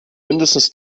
mindestens